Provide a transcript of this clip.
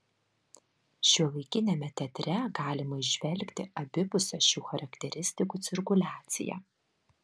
šiuolaikiniame teatre galima įžvelgti abipusę šių charakteristikų cirkuliaciją